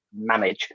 manage